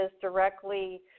directly